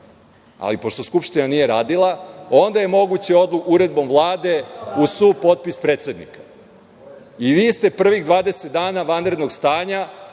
ali pošto Skupština nije radila, onda je moguće uredbom Vlade uz supotpis predsednika.I vi ste prvih 20 dana vanrednog stanja